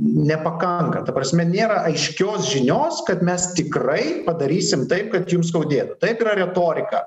nepakanka ta prasme nėra aiškios žinios kad mes tikrai padarysim taip kad jums skaudėtų taip yra retorika